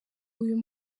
uyu